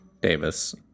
Davis